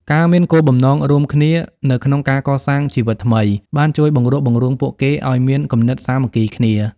ការមានគោលបំណងរួមគ្នានៅក្នុងការកសាងជីវិតថ្មី បានជួយបង្រួបបង្រួមពួកគេឱ្យមានគំនិតសាមគ្គីគ្នា។